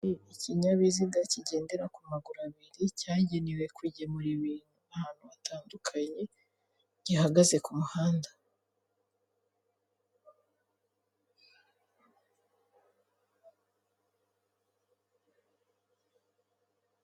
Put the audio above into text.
Ikinyabiziga kigendera ku maguru abiri cyagenewe kugemura ibintu ahantu hatandukanye gihagaze ku muhanda.